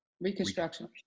Reconstruction